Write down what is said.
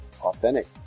authentic